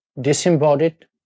Disembodied